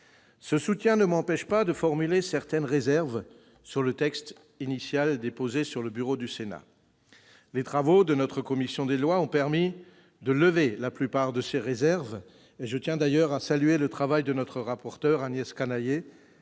Ce soutien ne m'empêche pas de formuler certaines réserves à l'égard du texte initial déposé sur le bureau du Sénat. Les travaux de la commission des lois ont permis de lever la plupart de ces réserves. Je tiens d'ailleurs à saluer le travail de notre rapporteur, Agnès Canayer,